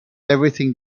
everything